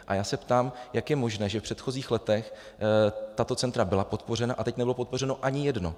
A já se ptám, jak je možné, že v předchozích letech tato centra byla podpořena a teď nebylo podpořeno ani jedno.